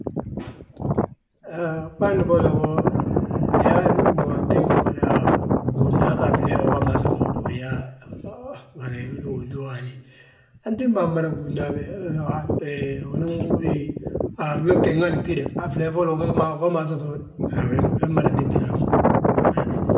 Hee, ɓaandi bolla bo, ayaa ndi gí mo antimbi mada gúudna han flee uu mmasi frude. Hú yaa haa, bari wili uhoondi hani, antimbi maa gúudna habe unan gúudi a glo gtiingani gtída han flee folo uge masi frude, wii mmada tégtire hamma, wii mmada tégtir hamma.